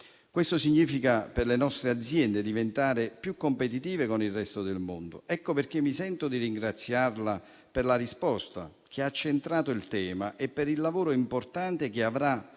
Questo significa per le nostre aziende diventare più competitive con il resto del mondo. Ecco perché mi sento di ringraziarla per la risposta, che ha centrato il tema, e per il lavoro importante che avrà